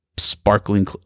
sparkling